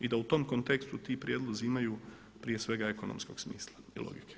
I da u tom kontekstu ti prijedlozi imaju prije svega ekonomskog smisla i logike.